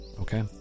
Okay